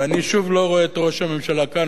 ואני שוב לא רואה את ראש הממשלה כאן.